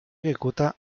ejecuta